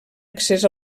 accés